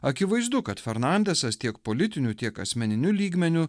akivaizdu kad fernandas tiek politiniu tiek asmeniniu lygmeniu